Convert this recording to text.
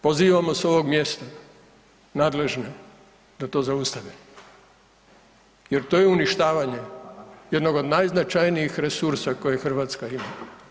Pozivamo s ovog mjesta nadležne da to zaustave jer to je uništavanje jednog od najznačajnijih resursa koje Hrvatska ima.